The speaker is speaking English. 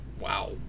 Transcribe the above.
Wow